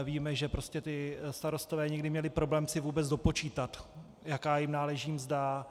Víme, že starostové někdy měli problém si vůbec dopočítat, jaká jim náleží mzda.